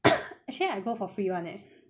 actually I go for free [one] eh